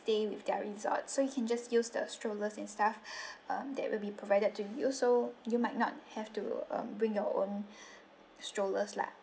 stay with their resort so you can just use the strollers and stuff um that will be provided to you also you might not have to um bring your own strollers lah